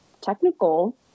technical